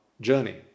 journey